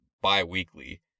bi-weekly